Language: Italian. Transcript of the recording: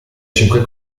cinque